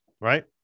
right